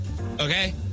okay